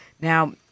Now